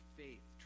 faith